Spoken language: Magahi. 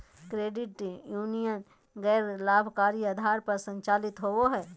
क्रेडिट यूनीयन गैर लाभकारी आधार पर संचालित होबो हइ